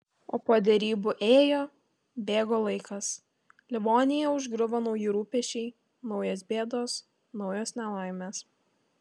o po derybų ėjo bėgo laikas livoniją užgriuvo nauji rūpesčiai naujos bėdos naujos nelaimės